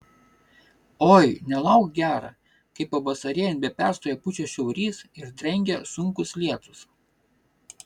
oi nelauk gera kai pavasarėjant be perstojo pučia šiaurys ir drengia sunkūs lietūs